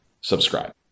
subscribe